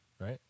Right